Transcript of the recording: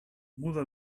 muda